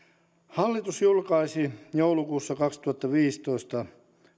hallitus julkaisi joulukuussa kaksituhattaviisitoista